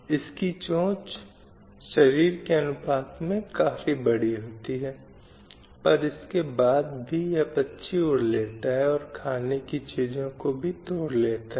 निर्णय लेने की प्रक्रिया में उन्हें महत्वपूर्ण होना चाहिए और यह राज्य की जिम्मेदारी है कि वह यह सुनिश्चित करे कि महिलाओं को अधिकार प्राप्त हों और यह सुनिश्चित किया जाए कि महिलाओं के खिलाफ हिंसा कहीं न कहीं बंद हो जाए